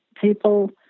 people